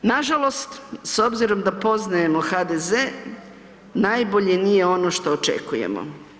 Nažalost, s obzirom da poznajemo HDZ najbolje nije ono što očekujemo.